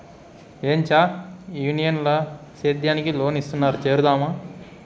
ఏంచా యూనియన్ ల సేద్యానికి లోన్ ఇస్తున్నారు చేరుదామా